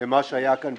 למה שהיה כאן,